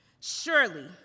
Surely